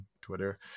Twitter